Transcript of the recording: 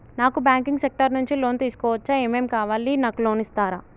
నాకు banking sector నుంచి loan తీసుకోవచ్చా? ఏమేం కావాలి? నాకు లోన్ ఇస్తారా?